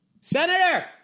Senator